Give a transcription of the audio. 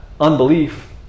unbelief